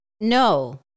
No